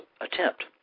attempt